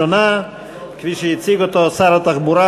כפי שהציג אותה שר התחבורה,